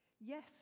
Yes